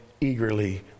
eagerly